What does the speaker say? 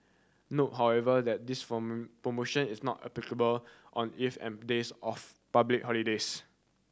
note however that this form promotion is not applicable on eve and days of public holidays